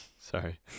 sorry